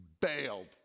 bailed